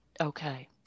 Okay